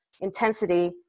intensity